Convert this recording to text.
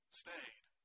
stayed